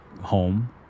home